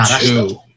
two